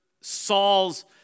Saul's